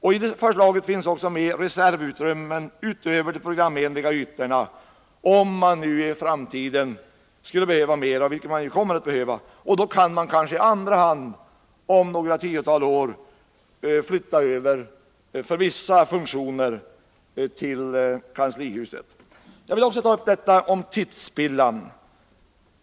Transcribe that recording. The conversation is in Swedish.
I det förslaget finns också medtagna reservutrymmen utöver de programenliga ytorna, om man skulle behöva ytterligare utrymmen i framtiden — vilket väl kommer att behövas. Då kan man, kanske om några tiotal år, flytta över vissa funktioner till kanslihuset. Jag vill också ta upp tidsspillan.